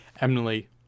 eminently